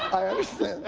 i understand.